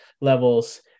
levels